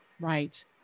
Right